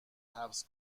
حبس